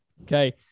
Okay